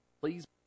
Please